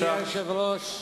אדוני היושב-ראש,